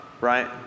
right